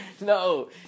No